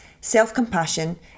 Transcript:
self-compassion